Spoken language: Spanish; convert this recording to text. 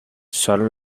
solo